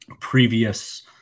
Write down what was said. previous